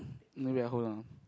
maybe I hold on